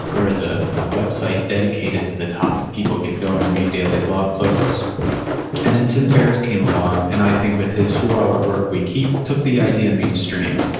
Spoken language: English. there was a ah website dedicated to the topic, people could go and read daily blog posts and then tim ferriss came along, and i think with his four hour workweek, he took the idea mainstream.